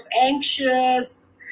anxious